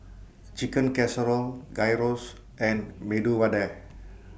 Chicken Casserole Gyros and Medu Vada